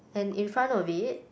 and in front of it